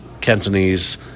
Cantonese